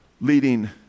leading